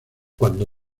cuando